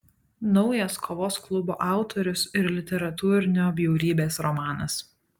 naujas kovos klubo autoriaus ir literatūrinio bjaurybės romanas